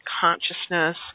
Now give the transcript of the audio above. consciousness